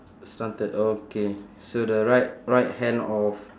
slanted okay so the right right hand of